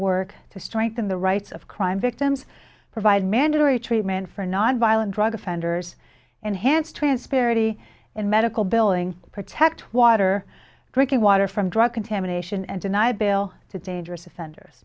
work to strengthen the rights of crime victims provide mandatory treatment for nonviolent drug offenders enhance transparency in medical billing protect water drinking water from drug contamination and deny bail to dangerous offenders